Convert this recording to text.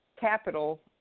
capital